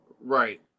Right